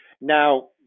Now